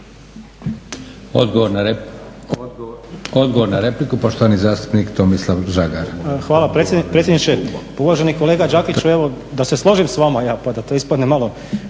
Odgovor na repliku, poštovani zastupnik Tomislav Žagar. **Žagar, Tomislav (SDP)** Hvala predsjedniče. Pa uvaženi kolega Đakiću da se složim s vama ja pa da to ispadne malo.